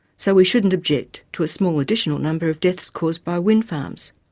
so we shouldn't object to a small additional number of deaths caused by wind farms.